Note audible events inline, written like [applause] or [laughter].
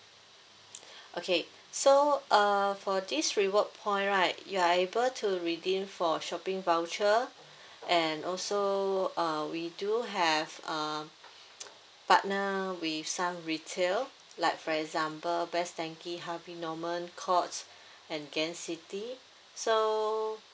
okay so err for this reward point right you are able to redeem for shopping voucher and also uh we do have uh [noise] partner with some retail like for example best denki harvey norman courts and gain city so